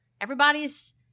Everybody's